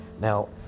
Now